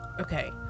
Okay